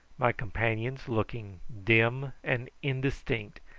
my companions looking dim and indistinct,